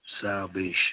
salvation